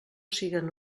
siguen